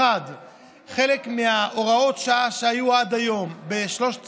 1. את חלק מהוראות השעה שהיו עד היום בשלושת